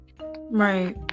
Right